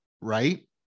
right